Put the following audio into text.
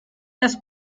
las